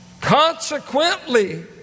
Consequently